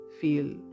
feel